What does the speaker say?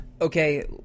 Okay